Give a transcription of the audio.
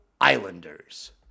Islanders